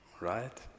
right